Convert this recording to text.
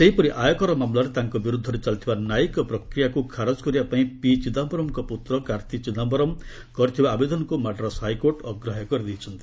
ସେହିପରି ଆୟକର ମାମଲାରେ ତାଙ୍କ ବିରୁଦ୍ଧରେ ଚାଲିଥିବା ନ୍ୟାୟିକ ପ୍ରକ୍ରିୟାକୁ ଖାରଜ କରିବା ପାଇଁ ପି ଚିଦାମ୍ଘରମ୍ଙ୍କ ପୁତ୍ର କାର୍ଭି ଚିଦାୟରମ୍ କରିଥିବା ଆବେଦନକୁ ମାଡ୍ରାସ୍ ହାଇକୋର୍ଟ୍ ଅଗ୍ରାହ୍ୟ କରିଦେଇଛନ୍ତି